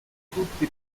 tutti